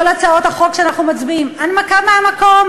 כל הצעות החוק שאנחנו מצביעים עליהן: הנמקה מהמקום,